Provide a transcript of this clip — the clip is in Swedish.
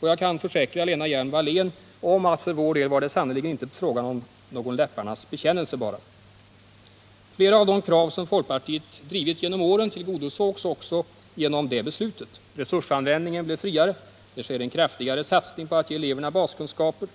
Jag kan försäkra Lena Hjelm-Wallén att det för vår del inte var någon läpparnas bekännelse. Flera av de krav som folkpartiet drivit genom åren tillgodosågs genom det beslutet. Resursanvändningen blir friare. Det sker en kraftigare satsning på att ge eleverna baskunskaper.